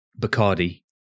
Bacardi